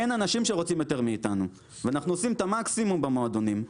אין אנשים שרוצים יותר מאתנו ואנחנו עושים את המקסימום במועדונים,